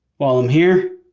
while i'm here.